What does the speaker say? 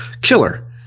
Killer